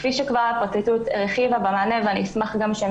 כפי שכבר הפרקליטות הרחיבה במענה ואני אשמח שהם